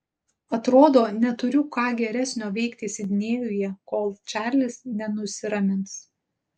atrodo neturiu ką geresnio veikti sidnėjuje kol čarlis nenusiramins